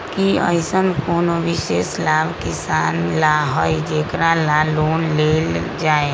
कि अईसन कोनो विशेष लाभ किसान ला हई जेकरा ला लोन लेल जाए?